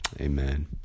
Amen